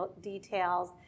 details